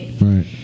Right